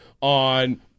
on